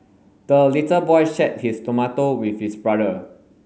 the little boy shared his tomato with his brother